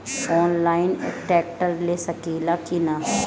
Online tractor ले सकीला कि न?